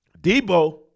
Debo